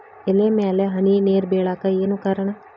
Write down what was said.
ಎಲೆ ಮ್ಯಾಲ್ ಹನಿ ನೇರ್ ಬಿಳಾಕ್ ಏನು ಕಾರಣ?